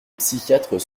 psychiatres